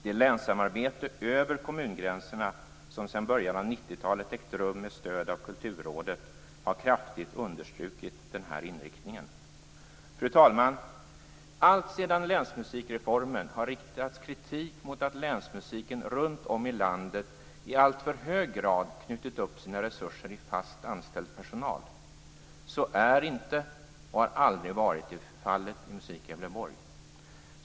Det länssamarbete över kommungränserna som sedan början av 90-talet ägt rum med stöd av Kulturrådet har kraftigt understrukit denna inriktning. Fru talman! Alltsedan länsmusikreformen genomfördes har kritik riktats mot att länsmusiken runt om i landet i alltför hög grad knutit upp sina resurser i fast anställd personal. Så är inte och har aldrig varit fallet i Musik Gävleborg.